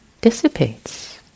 dissipates